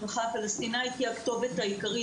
הרווחה הפלסטינאית היא הכתובת העיקרית.